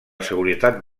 seguretat